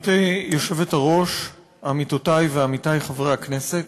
גברתי היושבת-ראש, עמיתותי ועמיתי חברי הכנסת,